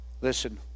Listen